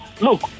Look